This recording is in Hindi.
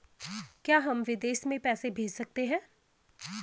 क्या हम विदेश में पैसे भेज सकते हैं?